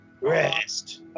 Rest